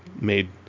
made